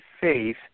faith